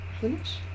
finish